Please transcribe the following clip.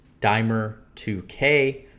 dimer2k